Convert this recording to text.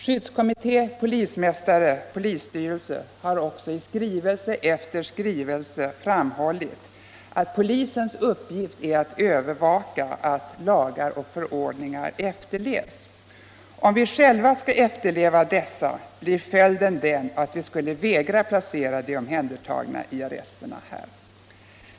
Skyddskommitté, polismästare och polisstyrelse har också i skrivelse efter skrivelse framhållit att polisens uppgift är att övervaka att lagar och förordningar efterlevs. Om vi själva skall efterleva dessa, blir följden den att vi måste vägra placera de omhändertagna i arresterna här.